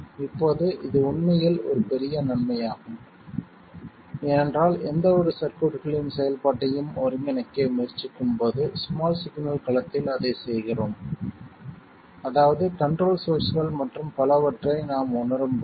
இப்போது இது உண்மையில் ஒரு பெரிய நன்மையாகும் ஏனென்றால் எந்தவொரு சர்க்யூட்களின் செயல்பாட்டையும் ஒருங்கிணைக்க முயற்சிக்கும்போது ஸ்மால் சிக்னல் களத்தில் அதைச் செய்கிறோம் அதாவது கண்ட்ரோல் சோர்ஸ்கள் மற்றும் பலவற்றை நாம் உணரும்போது